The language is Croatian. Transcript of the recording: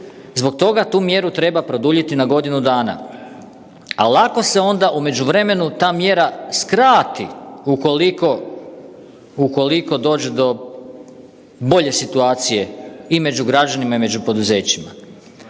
zbog toga tu mjeru treba produljiti na godinu dana. A lako se onda u međuvremenu ta mjera skrati ukoliko dođe do bolje situacije i među građanima i među poduzećima.